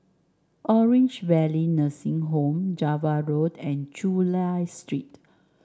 Orange Valley Nursing Home Java Road and Chulia Street